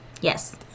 Yes